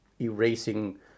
erasing